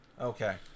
Okay